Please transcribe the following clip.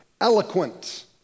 eloquent